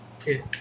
Okay